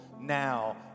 now